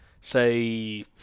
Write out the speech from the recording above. say